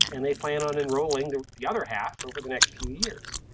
and they plan on enrolling the the other half over the next few years.